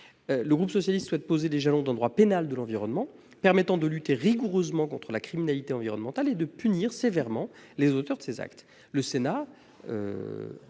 Il s'agit de poser les bases d'un droit pénal de l'environnement, permettant de lutter rigoureusement contre la criminalité environnementale et de punir sévèrement les auteurs de ces actes. Le Sénat